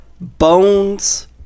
bones